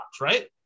right